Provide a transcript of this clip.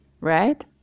right